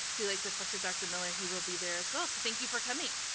if you'd like to talk to dr. miller, he will be there as well. so thank you for coming.